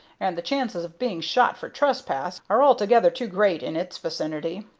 and the chances of being shot for trespass are altogether too great in its vicinity.